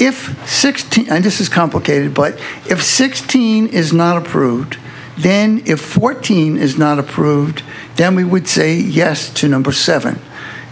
if sixty and this is complicated but if sixteen is not approved then if fourteen is not approved then we would say yes to number seven